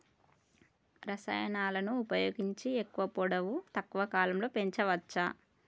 రసాయనాలను ఉపయోగించి ఎక్కువ పొడవు తక్కువ కాలంలో పెంచవచ్చా?